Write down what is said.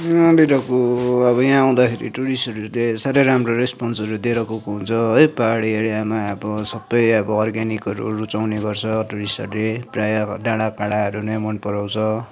अब यहाँ आउँदाखेरि टुरिस्टहरूले सारै राम्रो रेस्पोन्सहरू दिएर गएको हुन्छ है पहाडी एरियामा अब सबै अब अर्ग्यानिकहरू रुचाउने गर्छ टुरिस्टहरले प्राय डाँडाकाँडाहरू नै मन पराउँछ